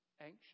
anxious